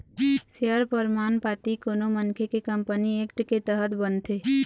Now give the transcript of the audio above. share परमान पाती कोनो मनखे के कंपनी एक्ट के तहत बनथे